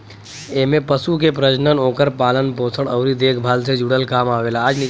एमे पशु के प्रजनन, ओकर पालन पोषण अउरी देखभाल से जुड़ल काम आवेला